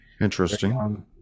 interesting